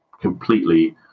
completely